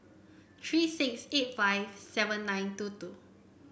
three six eight five seven nine two two